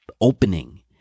opening